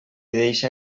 deixa